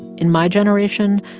in my generation,